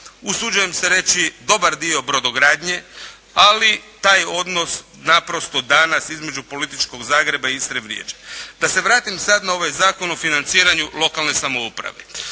usuđujem se reći dobar dio brodogradnje, ali taj odnos naprosto danas između političkog Zagreba i Iste vrijeđa. Da se vratim sad na ovaj Zakon o financiranju lokalne samouprave.